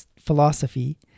philosophy